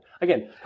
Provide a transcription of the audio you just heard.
Again